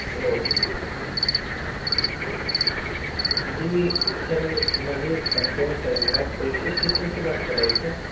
hello ji sir मुझे एक complain करनी है आप पुलिस स्टेशन से बात कर रहें क्या